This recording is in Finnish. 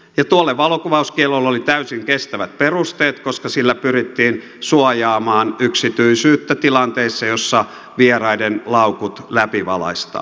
ja tuolle valokuvauskiellolle oli täysin kestävät perusteet koska sillä pyrittiin suojaamaan yksityisyyttä tilanteissa joissa vieraiden laukut läpivalaistaan